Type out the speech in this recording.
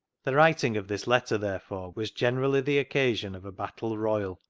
the writing of this letter, therefore, was generally the occasion of a battle royal,